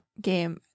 game